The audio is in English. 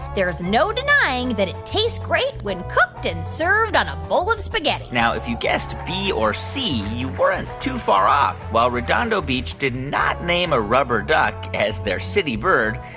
there's no denying that it tastes great when cooked and served on a bowl of spaghetti now, if you guessed b or c, you weren't too far off. while redondo beach did not name a rubber duck as their city bird,